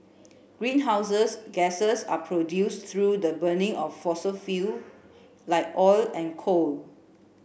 greenhouses gases are produced through the burning of fossil fuel like oil and coal